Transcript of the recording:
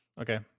Okay